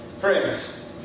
friends